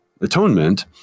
Atonement